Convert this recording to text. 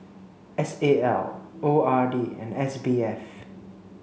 S A L O R D and S B F